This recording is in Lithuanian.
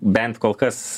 bent kol kas